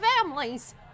families